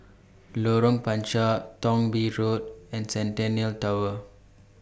Lorong Panchar Thong Bee Road and Centennial Tower